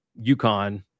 UConn